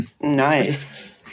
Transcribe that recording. Nice